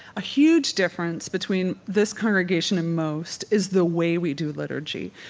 a huge difference between this congregation and most is the way we do liturgy.